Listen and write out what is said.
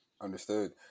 Understood